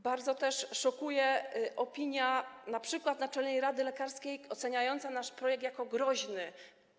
Bardzo też szokuje opinia np. Naczelnej Rady Lekarskiej oceniająca nasz projekt jako groźny.